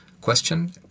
question